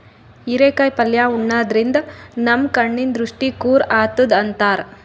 ಹಿರೇಕಾಯಿ ಪಲ್ಯ ಉಣಾದ್ರಿನ್ದ ನಮ್ ಕಣ್ಣಿನ್ ದೃಷ್ಟಿ ಖುರ್ ಆತದ್ ಅಂತಾರ್